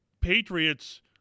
Patriots